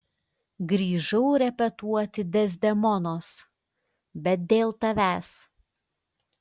grįžau repetuoti dezdemonos bet dėl tavęs